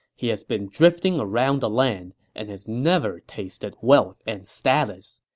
he has been drifting around the land and has never tasted wealth and status.